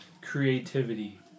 creativity